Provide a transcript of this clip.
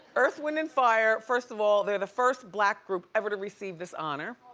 earth, wind and fire, first of all, they're the first black group ever to receive this honor.